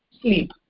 sleep